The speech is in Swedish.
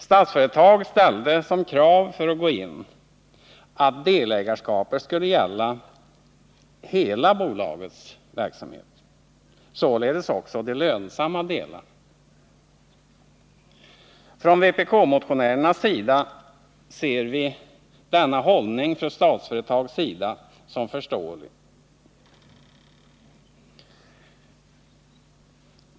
Statsföretag ställde som krav för att gå in att delägarskapet skulle gälla hela bolagets verksamhet, således också de lönsamma delarna. Vi vpk-motionärer ser denna Statsföretags hållning som förståelig.